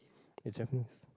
it's happiness